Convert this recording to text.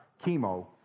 Chemo